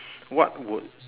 what would